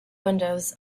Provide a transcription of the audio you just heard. windows